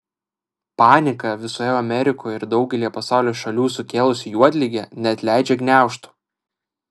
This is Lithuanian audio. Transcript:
paniką visoje amerikoje ir daugelyje pasaulio šalių sukėlusi juodligė neatleidžia gniaužtų